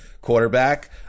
quarterback